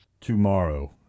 Tomorrow